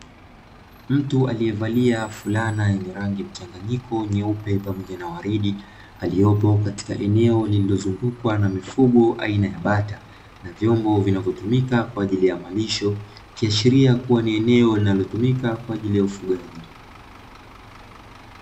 Mtu aliyevalia fulani yenye rangi mchanganyiko nyeupe pamoja na waridi, aliyepo katika eneo lililozungukwa na mifugo aina ya bata na vyombo vinavyotumika kwaajili ya malisho, ikiashilia kuwa ni eneo linalotumika kwaajili ya ufugaji.